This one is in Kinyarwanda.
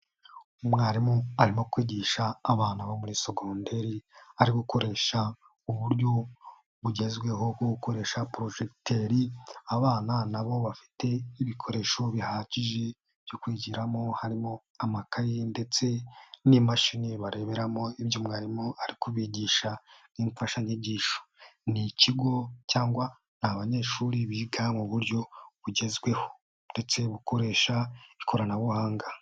Umwarimu arimo kwigisha abana bo muri Sogonderi, ari gukoresha uburyo bugezweho bwo gukoresha projegiteri. Abana nabo bafite ibikoresho bihagije byo kwigiramo harimo amakaye ndetse n'imashini bareberamo ibyo mwarimu ari kubigisha nk'imfashanyigisho. Ni ikigo cyangwa abanyeshuri biga mu buryo bugezweho uretse gukoresha ikoranabuhanga.